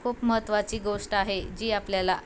खूप महत्त्वाची गोष्ट आहे जी आपल्याला